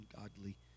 ungodly